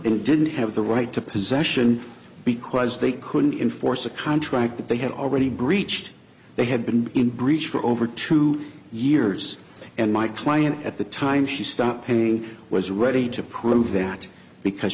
and didn't have the right to possession because they couldn't enforce a contract that they had already breached they had been in breach for over two years and my client at the time she stopped paying was ready to prove that because